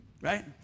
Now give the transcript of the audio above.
right